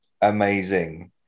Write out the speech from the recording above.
amazing